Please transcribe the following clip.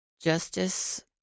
justice